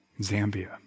Zambia